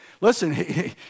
listen